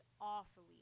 awfully